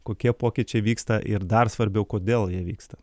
kokie pokyčiai vyksta ir dar svarbiau kodėl jie vyksta